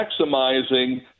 maximizing